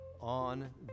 on